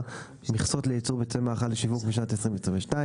מכסות לייצור ביצי מאכל לשיווק בשנת 2022),